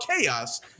chaos